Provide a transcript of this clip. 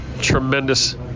tremendous